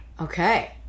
Okay